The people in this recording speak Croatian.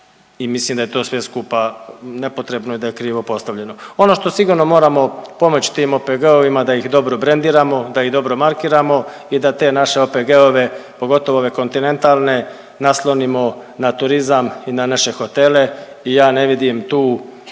i mislim da je to sve skupa nepotrebno i da je krivo postavljeno. Ono što sigurno moramo pomoći tim OPG-ovima da ih dobro brendiramo, da ih dobro markiramo i da te naše OPG-ove, pogotovo ove kontinentalne naslonimo na turizam i na naše hotele i ja ne vidim tu